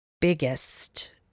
biggest